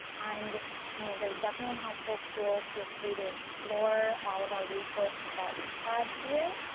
and you know they're definitely helpful tools, feel free to explore all of our resources that we have here.